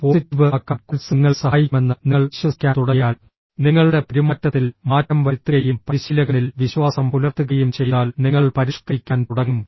positive ആക്കാൻ course നിങ്ങളെ സഹായിക്കുമെന്ന് നിങ്ങൾ വിശ്വസിക്കാൻ തുടങ്ങിയാൽ നിങ്ങളുടെ പെരുമാറ്റത്തിൽ മാറ്റം വരുത്തുകയും പരിശീലകനിൽ വിശ്വാസം പുലർത്തുകയും ചെയ്താൽ നിങ്ങൾ പരിഷ്ക്കരിക്കാൻ തുടങ്ങും